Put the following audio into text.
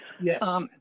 Yes